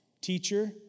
Teacher